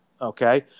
okay